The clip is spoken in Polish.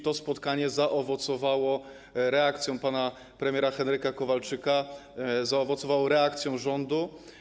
To spotkanie zaowocowało reakcją pana premiera Henryka Kowalczyka, zaowocowało reakcją rządu.